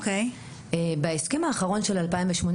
דווקא בהסכם האחרון של 2018,